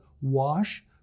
Wash